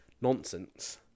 nonsense